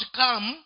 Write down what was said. come